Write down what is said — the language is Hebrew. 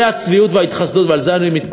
זה הצביעות וההתחסדות, ועל זה אני מתקומם.